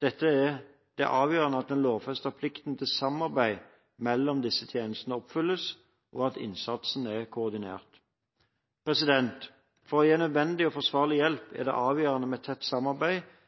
Det er avgjørende at den lovfestede plikten til samarbeid mellom disse tjenestene oppfylles, og at innsatsen er koordinert. For å gi nødvendig og forsvarlig hjelp er det avgjørende med et tett samarbeid